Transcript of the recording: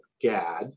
gad